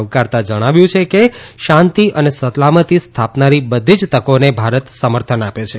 આવકારતા જણાવ્યું છે કે શાંતિ અને સલામતી સ્થાપનારી બધી જ તકોને ભારત સમર્થન આપે છે